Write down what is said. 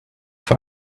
for